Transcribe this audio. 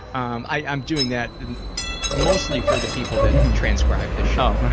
um i'm doing that mostly for the people that transcribe this show.